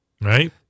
right